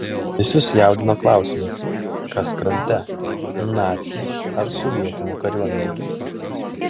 visus jaudino klausimas kas krante naciai ar sovietinė kariuomenė